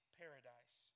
paradise